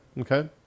okay